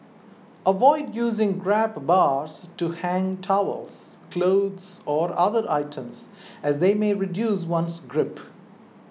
avoid using grab bars to hang towels clothes or other items as they may reduce one's grip